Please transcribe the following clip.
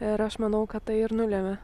ir aš manau kad tai ir nulemia